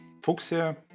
Fuxia